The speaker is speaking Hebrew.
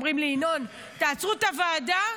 ואומרים לינון: תעצרו את הוועדה,